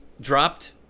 dropped